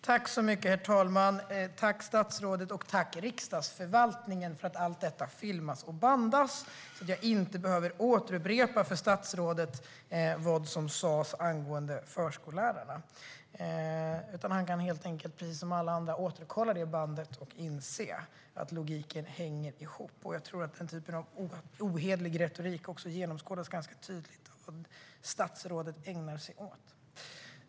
Herr talman! Tack till statsrådet, och tack till riksdagsförvaltningen för allt detta filmas och bandas så att jag inte behöver återupprepa för statsrådet vad som sas angående förskollärarna! Han kan helt enkelt precis som alla andra kolla på bandet igen och inse att logiken hänger ihop. Jag tror att den typ av ohederlig retorik som statsrådet ägnar sig åt också genomskådas ganska lätt.